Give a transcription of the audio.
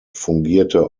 fungierte